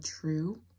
true